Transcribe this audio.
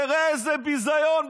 תראה איזה ביזיון.